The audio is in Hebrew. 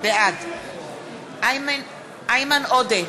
בעד איימן עודה,